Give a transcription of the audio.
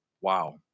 wow